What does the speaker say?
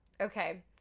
Okay